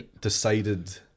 decided